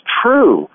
true